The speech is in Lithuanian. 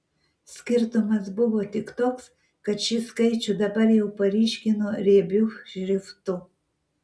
skirtumas buvo tik toks kad šį skaičių dabar jau paryškino riebiu šriftu